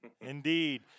Indeed